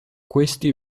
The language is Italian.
questi